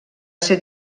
ser